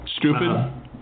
Stupid